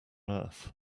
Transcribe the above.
earth